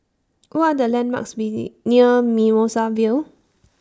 What Are The landmarks near Mimosa Vale